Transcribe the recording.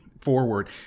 forward